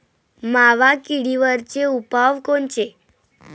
मावा किडीवरचे उपाव कोनचे?